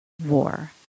war